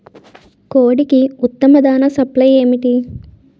కోడికి ఉత్తమ దాణ సప్లై ఏమిటి?